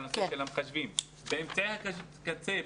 באמצעי הקצה,